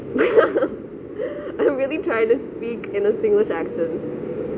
I'm really trying to speak in a singlish accent